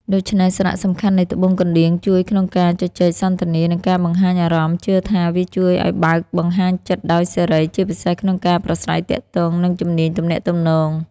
ដូច្នេះសារសំខាន់នៃត្បូងកណ្ដៀងជួយក្នុងការជជែកសន្ទនា និងការបង្ហាញអារម្មណ៍ ជឿថាវាជួយឲ្យបើកបង្ហាញចិត្តដោយសេរី ជាពិសេសក្នុងការប្រាស្រ័យទាក់ទង និងជំនាញទំនាក់ទំនង។